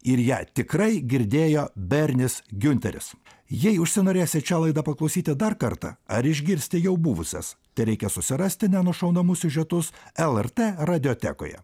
ir ją tikrai girdėjo bernis giunteris jei užsinorėsit šią laidą paklausyti dar kartą ar išgirsti jau buvusias tereikia susirasti nenušaunamus siužetus lrt radiotekoje